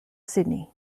sydney